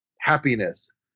happiness